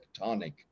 tectonic